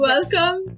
Welcome